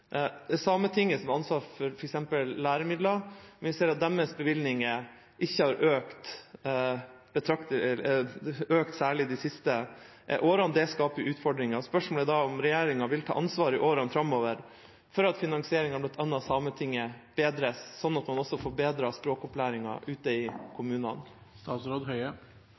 Det er Sametinget som har ansvar for f.eks. læremidler, men vi ser at deres bevilgninger ikke har økt særlig de siste årene – og det skaper utfordringer. Spørsmålet er da: Vil regjeringa ta ansvar i årene framover for at finansieringen, bl.a. av Sametinget, bedres, slik at man også får bedret språkopplæringen ute i